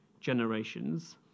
generations